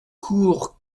cours